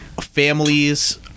families